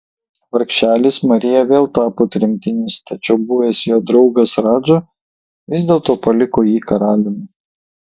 vargšelis marija vėl tapo tremtinys tačiau buvęs jo draugas radža vis dėlto paliko jį karaliumi